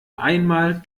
einmal